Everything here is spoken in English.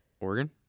Oregon